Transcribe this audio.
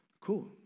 cool